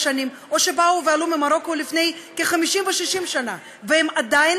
כמו שאמר